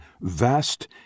vast